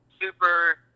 super